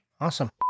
Awesome